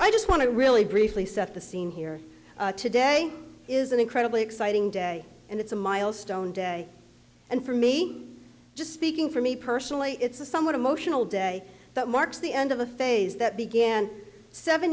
i just want to really briefly set the scene here today is an incredibly exciting day and it's a milestone day and for me just speaking for me personally it's a somewhat emotional day that marks the end of a phase that began seven